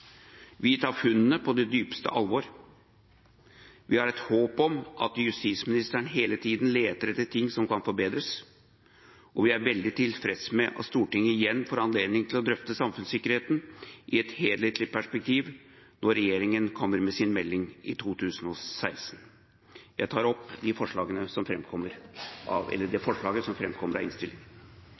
Vi tar funnene på det dypeste alvor, vi har et håp om at justisministeren hele tida leter etter ting som kan forbedres, og vi er veldig tilfreds med at Stortinget igjen får anledning til å drøfte samfunnssikkerheten i et helhetlig perspektiv når regjeringa kommer med sin melding i 2016. Jeg tar opp innstillingens forslag til vedtak. Etter å ha hørt saksordføreren redegjøre for saken, begynte jeg å tvile på om det